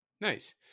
Nice